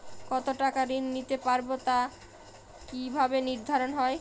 কতো টাকা ঋণ নিতে পারবো তা কি ভাবে নির্ধারণ হয়?